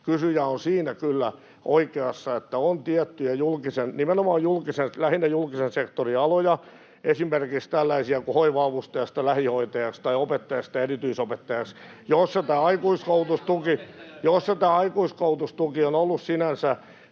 kysyjä on siinä kyllä oikeassa, että on tiettyjä lähinnä julkisen sektorin aloja — esimerkiksi tällaisia kuin hoiva-avustajasta lähihoitajaksi tai opettajasta erityisopettajaksi — joilla aikuiskoulutustuki on ollut sinänsä